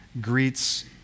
greets